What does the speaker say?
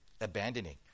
abandoning